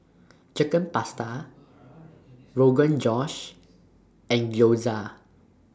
Chicken Pasta Rogan Josh and Gyoza